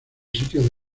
sitio